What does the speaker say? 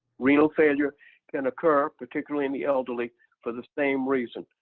renal failure can occur particularly in the elderly for the same reason,